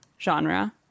genre